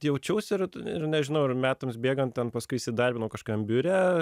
jaučiausi ir ir nežinau ar metams bėgant ten paskui įsidarbinau kažkokiam biure